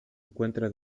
encuentra